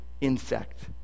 insect